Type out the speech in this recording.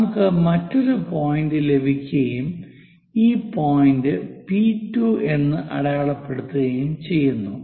നമുക്ക് മറ്റൊരു പോയിന്റ് ലഭിക്കുകയും ഈ പോയിന്റ് P2 എന്ന് അടയാളപ്പെടുത്തുകയും ചെയ്യുന്നു